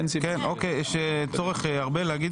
יש צורך לומר משהו?